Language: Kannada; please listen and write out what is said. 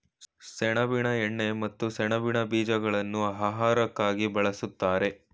ಸೆಣಬಿನ ಎಣ್ಣೆ ಮತ್ತು ಸೆಣಬಿನ ಬೀಜಗಳನ್ನು ಆಹಾರಕ್ಕಾಗಿ ಬಳ್ಸತ್ತರೆ